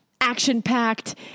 action-packed